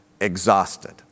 exhausted